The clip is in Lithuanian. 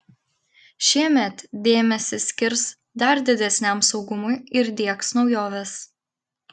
šiemet dėmesį skirs dar didesniam saugumui ir diegs naujoves